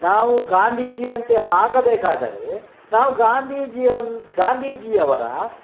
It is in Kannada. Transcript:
ನಾವು ಗಾಂಧೀಜಿಯಂತೆ ಆಗಬೇಕಾದರೆ ನಾವು ಗಾಂಧೀಜಿಯವನ್ನ ಗಾಂಧೀಜಿಯವರ ಸ್